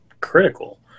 critical